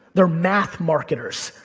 they're math marketers.